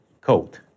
code